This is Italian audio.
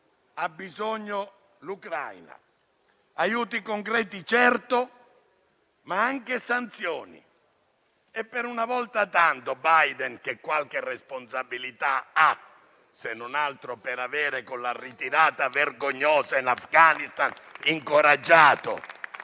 ha bisogno l'Ucraina. Aiuti concreti, certo, ma anche sanzioni. Una volta tanto, Biden, che qualche responsabilità ha - se non altro per avere incoraggiato, con la ritirata vergognosa in Afghanistan, azioni